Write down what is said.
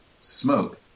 smoke